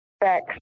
back